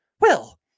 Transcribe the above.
Well